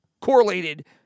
correlated